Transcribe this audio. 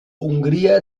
hongria